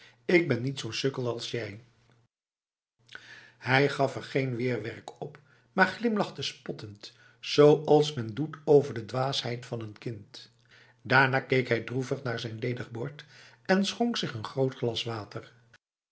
ik ben niet zo'n sukkel als jijf hij gaf er geen weerwerk op maar glimlachte spottend zoals men doet over de dwaasheid van een kind daarna keek hij droevig naar zijn ledig bord en schonk zich een groot glas water